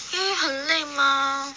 因为很累 mah